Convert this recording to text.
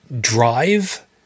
drive